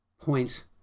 points